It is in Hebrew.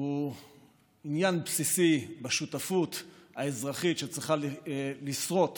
הוא עניין בסיסי בשותפות האזרחית שצריכה לשרות